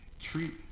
treat